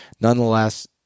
nonetheless